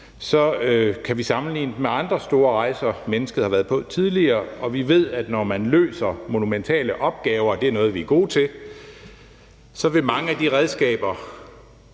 vi kan sammenligne den med andre store rejser, mennesket har været på tidligere. Og vi ved, at når man løser monumentale opgaver, det er noget, vi gode til, vil mange af de redskaber,